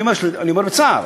אני אומר בצער,